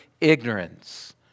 ignorance